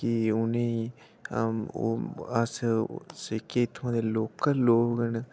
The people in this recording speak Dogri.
कि उनेंगी अस ओह् सिक्ख इत्थूं दे लोकल लोक न